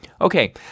Okay